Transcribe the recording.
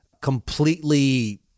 completely